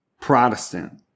Protestant